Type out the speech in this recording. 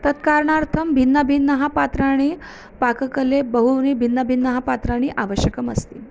तत्कारणार्थं भिन्नभिन्नः पात्राणि पाककले बहूनि भिन्नभिन्नः पात्राणि आवश्यकमस्ति